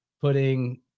putting